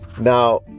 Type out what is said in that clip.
Now